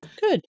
Good